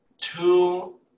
two